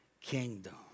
kingdom